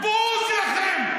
בוז לכם.